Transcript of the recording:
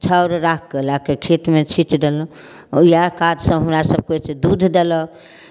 छाउर राखकेँ लए कऽ खेतमे छीँट देलहुँ इएह काजसभ हमरा सभके होइ छै दूध देलक